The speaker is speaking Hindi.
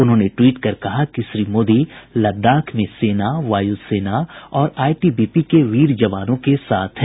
उन्होंने ट्वीट कर कहा है कि श्री मोदी लद्दाख में सेना वायुसेना और आईटीबीपी के वीर जवानों के साथ हैं